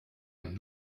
ihm